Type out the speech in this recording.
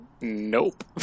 nope